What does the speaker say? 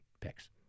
picks